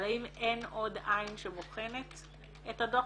אבל האם אין עוד עין שבוחנת את הדוח